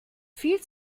viel